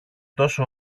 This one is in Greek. τόσο